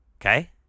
Okay